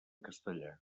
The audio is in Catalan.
castellà